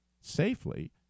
safely